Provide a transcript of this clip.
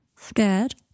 Scared